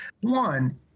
One